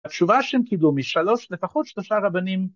התשובה שהם קיבלו משלוש לפחות שלושה רבנים